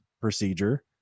procedure